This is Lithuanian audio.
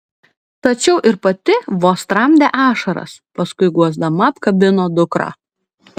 tačiau ir pati vos tramdė ašaras paskui guosdama apkabino dukrą